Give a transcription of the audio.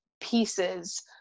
pieces